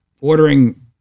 ordering